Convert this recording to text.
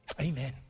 Amen